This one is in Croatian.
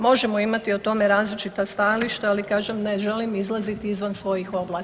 Možemo imati o tome različita stajališta, ali kažem ne želim izlaziti izvan svojih ovlasti.